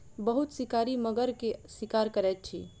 बहुत शिकारी मगर के शिकार करैत अछि